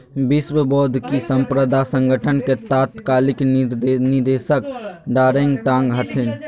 विश्व बौद्धिक साम्पदा संगठन के तत्कालीन निदेशक डारेंग तांग हथिन